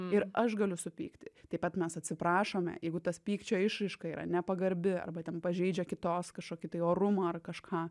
ir aš galiu supykti taip pat mes atsiprašome jeigu tas pykčio išraiška yra nepagarbi arba ten pažeidžia kitos kažkokį tai orumą ar kažką